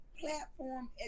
platform